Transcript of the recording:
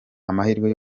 amahirwe